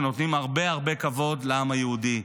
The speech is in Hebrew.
שנותנים הרבה הרבה כבוד לעם היהודי.